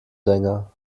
länger